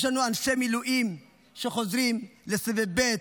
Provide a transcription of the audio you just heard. יש לנו אנשי מילואים שחוזרים לסבב ב',